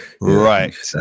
right